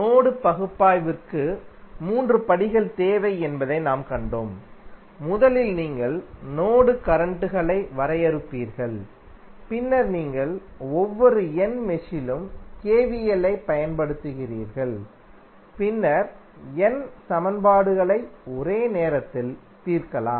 node பகுப்பாய்விற்கு மூன்று படிகள் தேவை என்பதை நாம் கண்டோம் முதலில் நீங்கள் நோடு கரண்ட்களை வரையறுப்பீர்கள் பின்னர் நீங்கள் ஒவ்வொரு n மெஷிலும் KVL ஐப் பயன்படுத்துகிறீர்கள் பின்னர் n சமன்பாடுகளை ஒரே நேரத்தில் தீர்க்கலாம்